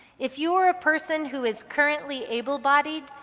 if you are a person who is currently able-bodied,